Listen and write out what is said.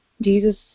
Jesus